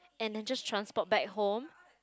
and it just transport back home